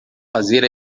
fazer